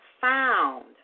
found